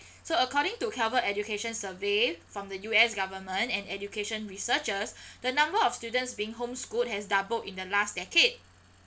so according to colbert education survey from the U_S government and education researchers the number of students being home schooled has doubled in the last decade